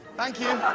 thank you.